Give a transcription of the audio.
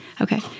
Okay